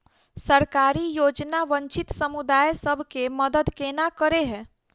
सरकारी योजना वंचित समुदाय सब केँ मदद केना करे है?